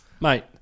mate